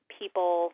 people